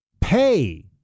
pay